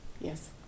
Yes